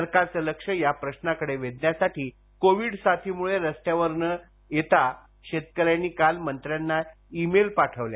सरकारचं लक्ष या प्रश्नाकडे वेधण्यासाठी कोविड साथीमुळे रस्त्यावर न येता शेतकऱ्यांनी काल मंत्र्यांना ई मेल पाठवल्या